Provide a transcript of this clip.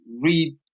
read